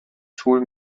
tool